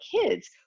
kids